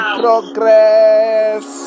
progress